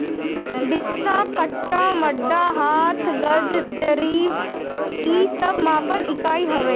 बिस्सा, कट्ठा, मंडा, हाथ, गज, जरीब इ सब मापक इकाई हवे